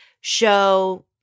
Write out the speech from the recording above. show